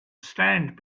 stand